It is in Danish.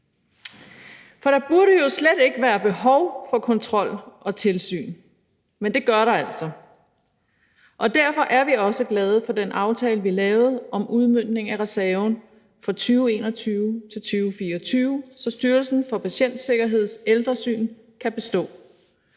Der burde jo slet ikke være behov for kontrol og tilsyn. Men det er der altså. Derfor er vi også glade for den aftale, vi lavede, om udmøntningen af reserven for 2021-2024, så Styrelsen for Patientsikkerheds Ældretilsyn kan bestå.